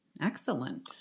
Excellent